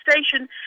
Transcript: station